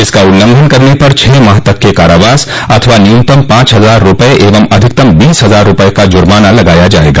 इसका उल्लंघन करने पर छह माह तक के कारावास अथवा न्यूनतम पांच हजार रूपये एवं अधिकतम बीस हजार रूपये का जुर्माना लगाया जायेगा